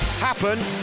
happen